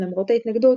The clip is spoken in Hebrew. למרות ההתנגדות,